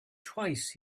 twice